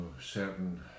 certain